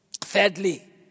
Thirdly